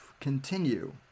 continue